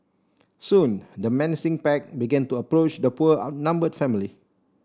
soon the menacing pack began to approach the poor outnumbered family